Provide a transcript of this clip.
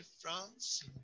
France